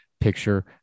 picture